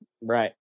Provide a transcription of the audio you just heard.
Right